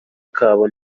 kabo